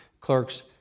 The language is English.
clerks